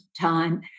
time